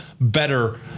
better